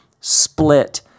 split